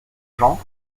jean